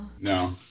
No